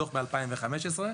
דוח מ-2015.